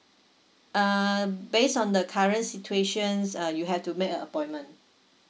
uh based on the current situations uh you have to make a appointment